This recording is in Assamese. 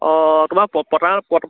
অঁ তোমাৰ প পটাৰ পট